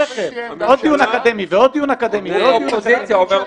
עוד דיון אקדמי ועוד דיון אקדמי ועוד דיון אקדמי.